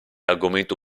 argomento